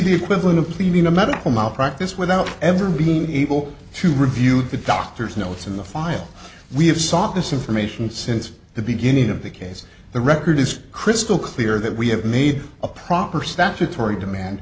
the equivalent of pleading a medical malpractise without ever being able to review the doctor's notes in the file we have sought this information since the beginning of the case the record is crystal clear that we have made a proper statutory demand